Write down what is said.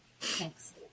Thanks